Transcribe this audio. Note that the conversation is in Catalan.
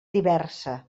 diversa